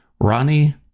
Ronnie